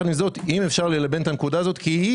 אם אפשר ללבן את הנקודה הזאת כי היא